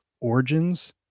origins